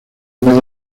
medio